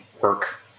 work